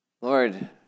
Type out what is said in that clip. Lord